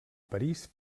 parís